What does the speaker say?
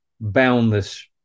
boundless